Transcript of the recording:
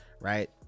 right